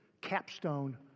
capstone